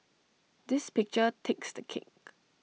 this picture takes the cake